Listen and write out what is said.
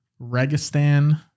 Registan